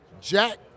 Jack